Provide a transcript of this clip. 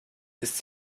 ist